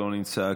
לא נמצא,